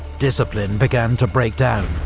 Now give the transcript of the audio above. discipline began to break down,